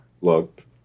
looked